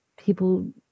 people